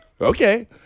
Okay